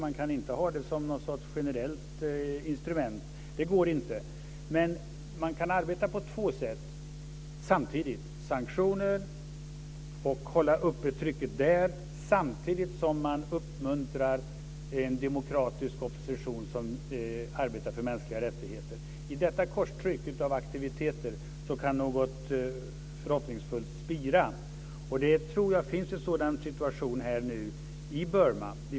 Man kan inte ha sanktioner som någon sorts generellt instrument. Det går inte. Men man kan arbeta på två sätt samtidigt. Man kan ha sanktioner och hålla trycket uppe för dem samtidigt som man uppmuntrar en demokratisk opposition som arbetar för mänskliga rättigheter. I detta korstryck av aktiviteter kan något förhoppningsfullt spira. Jag tror att det finns en sådan situation i Burma nu.